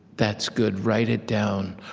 that's good. write it down.